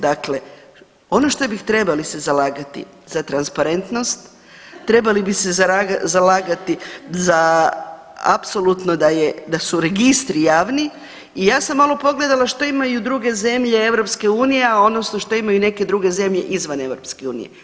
Dakle, ono što bi trebali se zalagati za transparentnost, trebali bi se zalagati za apsolutno da je, da su registri javni i ja sam malo pogledala što imaju druge zemlje EU odnosno što imaju neke druge zemlje izvan EU.